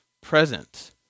present